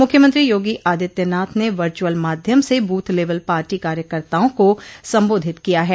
मुख्यमंत्री योगी आदित्यनाथ ने वर्च्यअल माध्यम से बूथ लेबल पार्टी कार्यकर्ताओं को सम्बोधित किया है